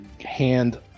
hand